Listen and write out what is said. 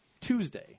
Tuesday